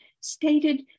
stated